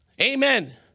Amen